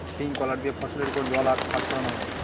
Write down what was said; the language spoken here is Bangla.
স্প্রিংকলার দিয়ে ফসলের ওপর জল আর সার ছড়ানো হয়